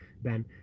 Ben